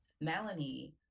Melanie